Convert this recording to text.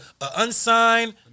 unsigned